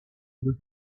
able